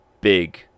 big